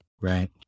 Right